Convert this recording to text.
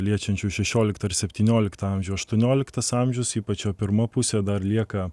liečiančių šešioliktą ir septynioliktą amžių aštuonioliktas amžius ypač jo pirma pusė dar lieka